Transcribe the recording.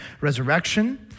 resurrection